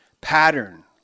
pattern